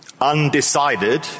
Undecided